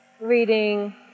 reading